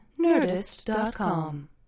Nerdist.com